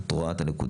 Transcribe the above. את רואה את הנקודות,